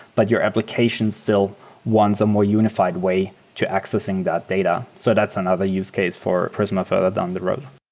but your application still wants a more unified way to accessing that data. so that's another use case for prisma further down the road.